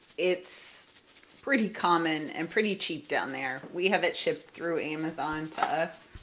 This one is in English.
it's pretty common and pretty cheap down there. we have it shipped through amazon to us.